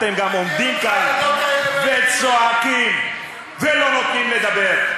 אתם גם עומדים כאן וצועקים ולא נותנים לדבר.